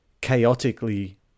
chaotically